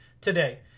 today